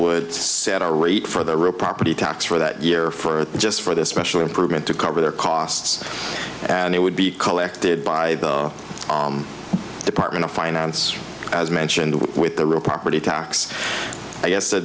would set a rate for the real property tax for that year for just for this special improvement to cover their costs and it would be collected by the department of finance as mentioned with the real property tax i guess the